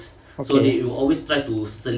okay